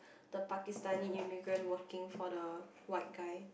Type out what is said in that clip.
the Pakistani immigrant working for the white guy